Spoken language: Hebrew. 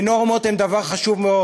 ונורמות הן דבר חשוב מאוד.